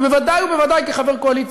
ובוודאי ובוודאי כחבר קואליציה,